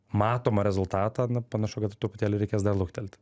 matomą rezultatą na panašu kad truputėlį reikės dar luktelt